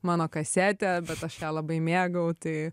mano kasetė bet aš ją labai mėgau tai